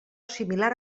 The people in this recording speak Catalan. similar